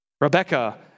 Rebecca